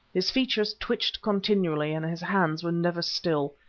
his features twitched continually and his hands were never still.